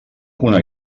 una